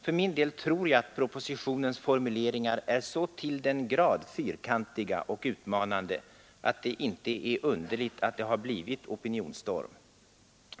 För min del tror jag att propositionens formuleringar är så till den grad fyrkantiga och utmanande att det inte är underligt att det har blivit opinionsstorm.